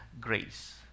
grace